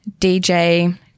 DJ